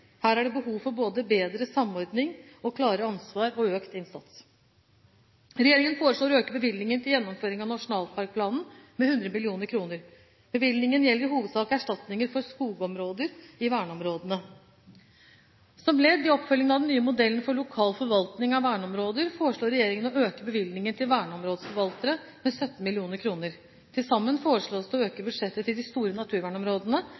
Her er det behov for både bedre samordning, klarere ansvar og økt innsats. Regjeringen foreslår å øke bevilgningen til gjennomføring av nasjonalparkplanen med 100 mill. kr. Bevilgningen gjelder i hovedsak erstatninger for skogområder i verneområdene. Som ledd i oppfølgingen av den nye modellen for lokal forvaltning av verneområder foreslår regjeringen å øke bevilgningen til verneområdeforvaltere med 17 mill. kr. Til sammen foreslås det å øke budsjettet til de store naturvernområdene